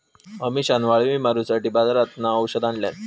अमिशान वाळवी मारूसाठी बाजारातना औषध आणल्यान